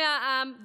ואף יותר,